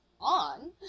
on